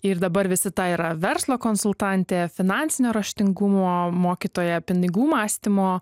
ir dabar visita yra verslo konsultantė finansinio raštingumo mokytoja pinigų mąstymo